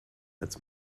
als